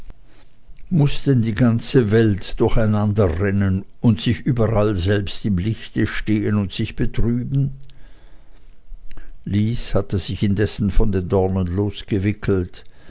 denn die ganze welt durcheinanderrennen und sich überall selbst im lichte stehen und sich betrüben lys hatte sich indessen von den dornen losgewickelt